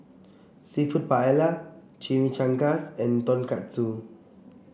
seafood Paella Chimichangas and Tonkatsu